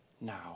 now